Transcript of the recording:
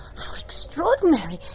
how extraordinary.